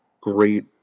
great